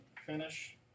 finish